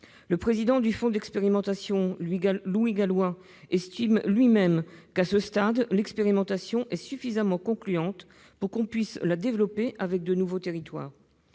Le président du fonds d'expérimentation, Louis Gallois, estime, lui-même, que l'expérimentation est suffisamment concluante pour pouvoir être développée sur de nouveaux territoires.